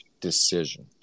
decision